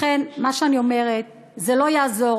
לכן, מה שאני אומרת, זה לא יעזור.